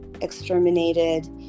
exterminated